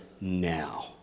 now